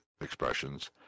expressions